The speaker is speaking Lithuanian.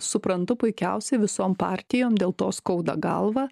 suprantu puikiausiai visom partijom dėl to skauda galvą